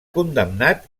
condemnat